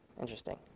Interesting